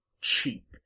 cheap